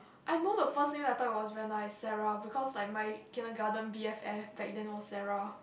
I know the first name I thought it was very nice Sarah because like my kindergarten B_F_F back then was Sarah